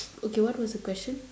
okay what was the question